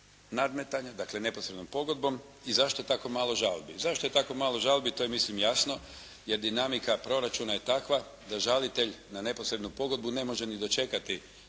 nadmetanja, dakle neposrednom pogodbom i zašto tako malo žalbi. Zašto je tako malo žalbi to je mislim jasno jer dinamika proračuna je takva da žalitelj na neposrednu pogodbu ne može ni dočekati